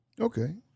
Okay